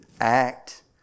act